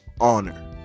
Honor